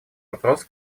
вопрос